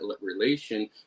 relation